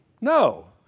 no